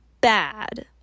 bad